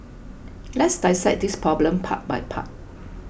let's dissect this problem part by part